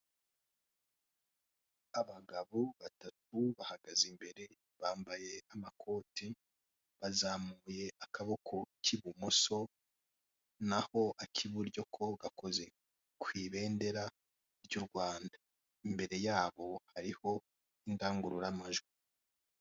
Abagabo batatu bahagaze imbere bambaye amakote, bazamuye akaboko k'ibumoso naho ak'iburyo ko gakoze ku ibendera ry'u Rwanda, imbere yabo hariho indangururamajwi.